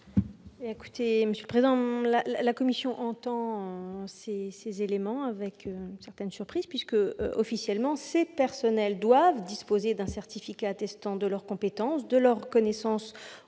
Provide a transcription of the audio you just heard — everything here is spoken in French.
La commission entend vos arguments avec une certaine surprise puisque, officiellement, ces personnels doivent disposer d'un certificat attestant de leur compétence, de leurs connaissances